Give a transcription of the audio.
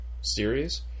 series